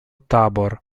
tabor